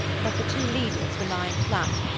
but the two leaders were lying flat.